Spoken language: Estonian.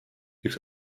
üks